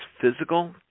physical